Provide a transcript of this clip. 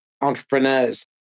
entrepreneurs